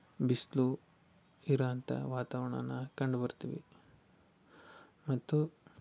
ಬಿಸಿಲು ಇರೋವಂಥ ವಾತಾವರಣನ ಕಂಡು ಬರ್ತೀವಿ ಮತ್ತು